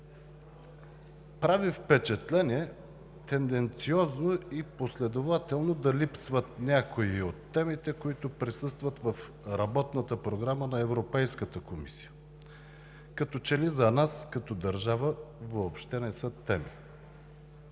Прави впечатление тенденциозно и последователно да липсват някои от темите, които присъстват в Работната програма на Европейската комисия, като че ли за нас като държава въобще не са теми.